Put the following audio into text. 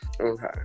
okay